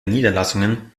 niederlassungen